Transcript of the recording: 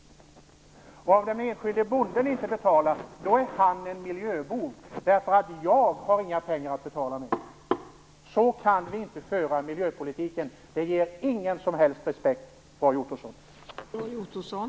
Om den enskilde bonden inte betalar, så är han en miljöbov. Jag har inga pengar att betala med. Så kan vi inte föra miljöpolitik. Det inger ingen som helst respekt, Roy Ottosson.